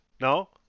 No